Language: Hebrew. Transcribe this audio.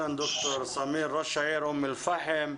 שלום דוקטור סמיר, ראש העיר אום אל פאחם.